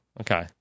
Okay